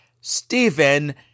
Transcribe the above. Stephen